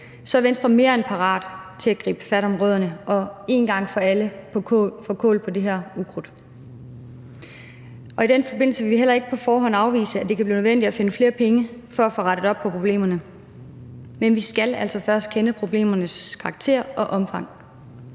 så er Venstre mere end parate til at gribe fat om rødderne og en gang for alle få gjort kål på det her ukrudt. I den forbindelse vil vi heller ikke på forhånd afvise, at det kan blive nødvendigt at finde flere penge for at få rettet op på problemerne. Men vi skal altså først kende problemernes karakter og omfang.